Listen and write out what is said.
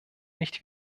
nicht